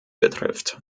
betrifft